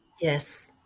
Yes